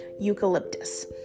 eucalyptus